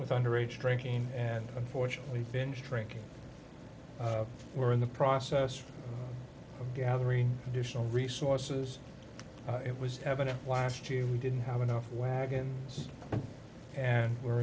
with underage drinking and unfortunately binge drinking we're in the process of gathering additional resources it was evident last year we didn't have enough wagons and we're